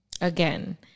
Again